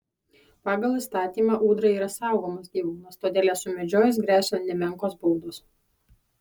pagal įstatymą ūdra yra saugomas gyvūnas todėl ją sumedžiojus gresia nemenkos baudos